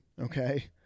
Okay